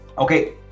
Okay